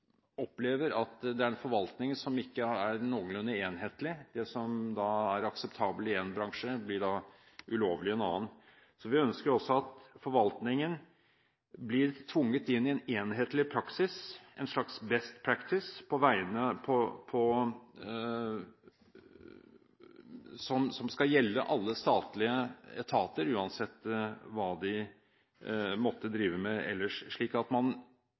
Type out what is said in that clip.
en forvaltning som ikke er noenlunde enhetlig. Det som er akseptabelt i én bransje, blir ulovlig i en annen. Vi ønsker også at forvaltningen blir tvunget inn i en enhetlig praksis, en slags «best practice», som skal gjelde alle statlige etater, uansett hva de måtte drive med ellers. Slik tar man